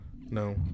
No